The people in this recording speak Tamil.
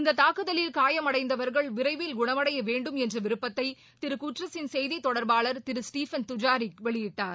இந்தத் தாக்குதலில் காயமடைந்தவர்கள் விரைவில் குணமடைய வேண்டும் என்ற விருப்பத்தை திரு கட்டரஸின் செய்தி தொடர்பாளர் திரு ஸ்டீபன் துஜாரிக் வெளியிட்டார்